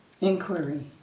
Inquiry